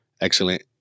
excellent